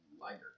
Lighter